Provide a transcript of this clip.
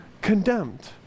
condemned